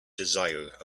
desire